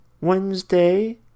wednesday